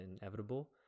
inevitable